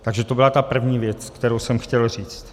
Takže to byla ta první věc, kterou jsem chtěl říci.